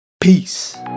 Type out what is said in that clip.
Peace